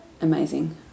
amazing